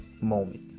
Moment